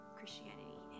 Christianity